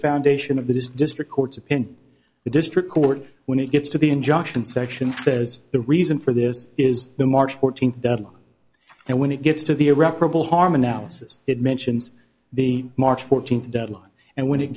foundation of this district court's opinion the district court when it gets to the injunction section says the reason for this is the march fourteenth deadline and when it gets to the irreparable harm analysis it mentions the march fourteenth deadline and when it